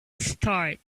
start